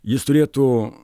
jis turėtų